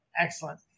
Excellent